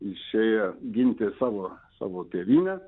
išėję ginti savo savo tėvynę